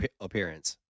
appearance